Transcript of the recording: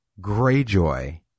Greyjoy